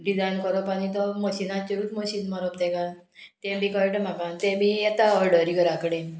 design करोप आनी तो मशिनाचेरूत मशीन मारप ताका तें बी कळटा म्हाका तें बी येता ऑर्डरी घरा कडेन